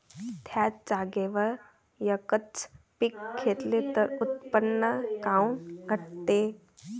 थ्याच जागेवर यकच पीक घेतलं त उत्पन्न काऊन घटते?